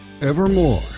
Evermore